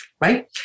right